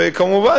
וכמובן,